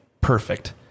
perfect